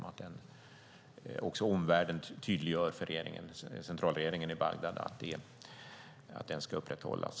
Det är viktigt att omvärlden tydliggör för centralregeringen i Bagdad att den statusen ska upprätthållas.